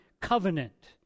covenant